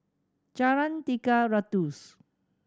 Jalan Tiga Ratus